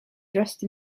dressed